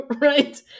right